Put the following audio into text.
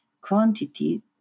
quantity